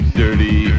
dirty